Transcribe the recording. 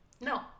No